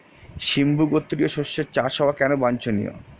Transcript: সিম্বু গোত্রীয় শস্যের চাষ হওয়া কেন বাঞ্ছনীয়?